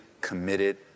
committed